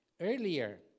earlier